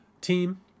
team